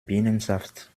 birnensaft